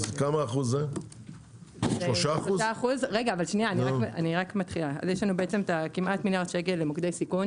שזה 3%. יש לנו בעצם כמעט מיליארד שקלים למוקדי סיכון,